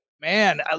man